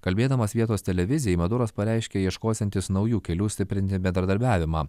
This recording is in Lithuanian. kalbėdamas vietos televizijai maduras pareiškė ieškosiantis naujų kelių stiprinti bendradarbiavimą